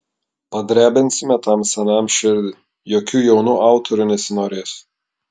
padrebinsime tam senam širdį jokių jaunų autorių nesinorės